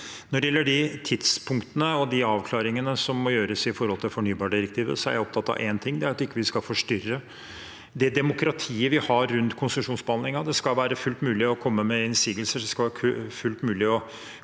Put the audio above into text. Når det gjelder de tidspunktene og avklaringene som må gjøres i forbindelse med fornybardirektivet, er jeg opptatt av én ting: Det er at vi ikke skal forstyrre det demokratiet vi har rundt konsesjonsbehandlingen. Det skal være fullt mulig å komme med innsigelser.